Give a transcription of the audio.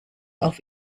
auf